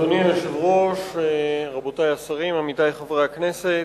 אדוני היושב-ראש, רבותי השרים, עמיתי חברי הכנסת,